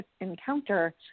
encounter